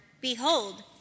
Behold